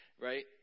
right